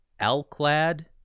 Alclad